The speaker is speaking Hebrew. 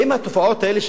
האם התופעות האלה,